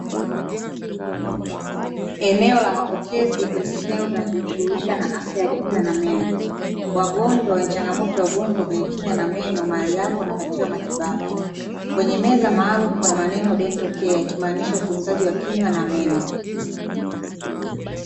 Eneo la mapokezi kwenye kitengo kinachojishughulisha na afya ya kinywa na meno. Wagonjwa wenye changamoto ya ugonjwa kwenye kinywa na meno mahali hapo wanapatiwa matibabu. Kwenye meza maalumu kuna maneno ''dental care'' ikimaanisha utunzaji wa kinywa na meno.